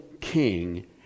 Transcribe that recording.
king